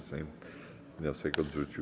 Sejm wniosek odrzucił.